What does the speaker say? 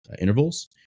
intervals